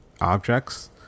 objects